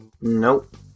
Nope